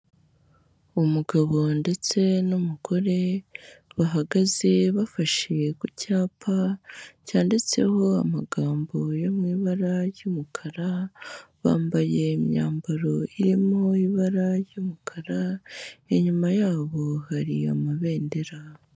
Umugabo ndetse n'umugore bahagaze bafashe ku cyapa cyanditseho amagambo yo mu ibara ry'umukara, bambaye imyambaro irimo ibara ry'umukara, inyuma yabo hari amabendera.